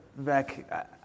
Vec